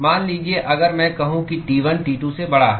मान लीजिए अगर मैं कहूं कि T1 T2 से बड़ा है